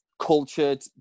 Cultured